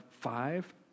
five